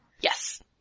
Yes